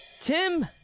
Tim